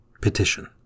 Petition